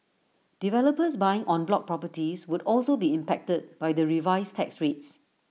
developers buying en bloc properties would also be impacted by the revised tax rates